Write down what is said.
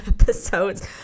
episodes